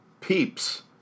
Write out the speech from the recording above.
peeps